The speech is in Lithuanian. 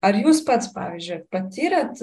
ar jūs pats pavyzdžiui patyrėt